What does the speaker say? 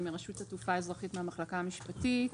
אני מרשות התעופה האזרחית מהמחלקה המשפטית.